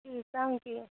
शीशम की